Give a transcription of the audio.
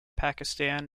pakistan